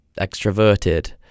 extroverted